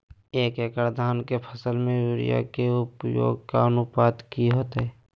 एक एकड़ धान के फसल में यूरिया के उपयोग के अनुपात की होतय?